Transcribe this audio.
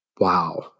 Wow